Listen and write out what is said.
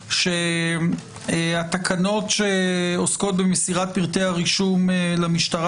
שהתקנות שעוסקות במסירת פרטי הרישום למשטרה